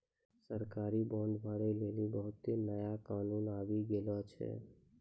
सरकारी बांड भरै लेली बहुते नया कानून आबि गेलो छै